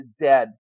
dead